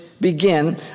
Begin